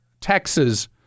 Texas